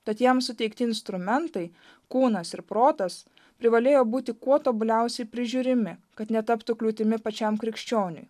tad jam suteikti instrumentai kūnas ir protas privalėjo būti kuo tobuliausiai prižiūrimi kad netaptų kliūtimi pačiam krikščioniui